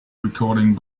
recording